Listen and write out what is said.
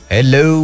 Hello